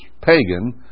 pagan